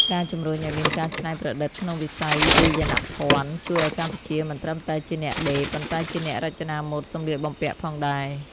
ការជំរុញឱ្យមានការច្នៃប្រឌិតក្នុងវិស័យវាយនភណ្ឌជួយឱ្យកម្ពុជាមិនត្រឹមតែជាអ្នកដេរ ប៉ុន្តែជាអ្នករចនាម៉ូដសម្លៀកបំពាក់ផងដែរ។